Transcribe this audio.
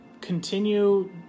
continue